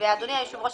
אדוני היושב ראש,